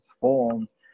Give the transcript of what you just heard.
forms